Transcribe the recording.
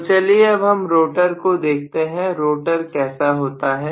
तो चलिए अब हम रोटर को देखते हैं रोटर कैसा होता है